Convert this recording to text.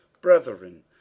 Brethren